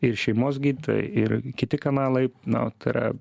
ir šeimos gydytojai ir kiti kanalai na o tai yra